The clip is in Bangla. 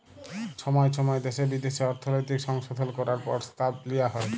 ছময় ছময় দ্যাশে বিদ্যাশে অর্থলৈতিক সংশধল ক্যরার পরসতাব লিয়া হ্যয়